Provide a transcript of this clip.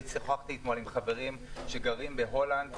אני שוחחתי אתמול עם חברים שגרים בהולנד,